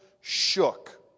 shook